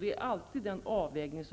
Vi har alltid att göra med denna avvägning